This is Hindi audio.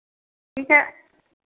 ठीक है